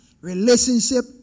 relationship